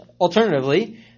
Alternatively